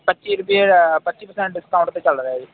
ਪੱਚੀ ਪੱਚੀ percent discount 'ਤੇ ਚੱਲ ਰਿਹਾ ਜੀ